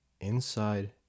inside